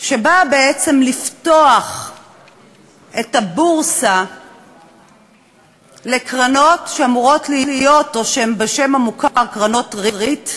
שבאה בעצם לפתוח את הבורסה לקרנות שהן בשם המוכר קרנות ריט,